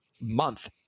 month